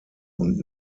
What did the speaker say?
und